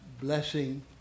blessing